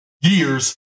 years